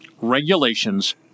regulations